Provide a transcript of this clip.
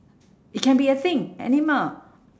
it can be a thing animal